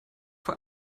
vor